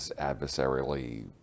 adversarially